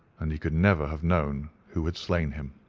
and he could never have known who had slain him.